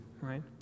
right